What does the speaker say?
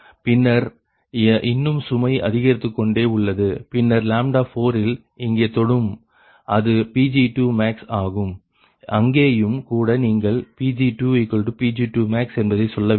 பின்னர் இன்னும் சுமை அதிகரித்துக்கொண்டே உள்ளது பின்னர் 4இல் இங்கே தொடும் அது Pg2max ஆகும் அங்கேயும் கூட நீங்கள் Pg2Pg2max என்பதை சொல்ல வேண்டும்